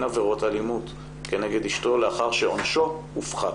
עבירות אלימות כנגד אשתו לאחר שעונשו הופחת.